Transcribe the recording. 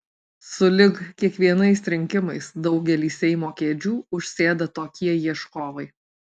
sulig kiekvienais rinkimais daugelį seimo kėdžių užsėda tokie ieškovai